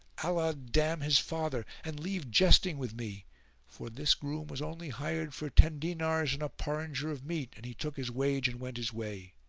allah damn his father and leave jesting with me for this groom was only hired for ten dinars and a porringer of meat and he took his wage and went his way.